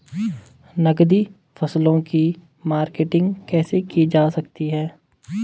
नकदी फसलों की मार्केटिंग कैसे की जा सकती है?